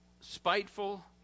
spiteful